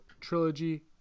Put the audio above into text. trilogy